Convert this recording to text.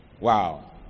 Wow